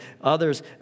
others